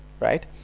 right.